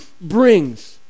brings